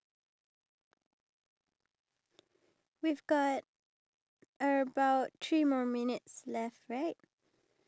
but I'm not going to like you know feel that bad until I'm going to tell them like our secret places that we go to